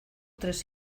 tres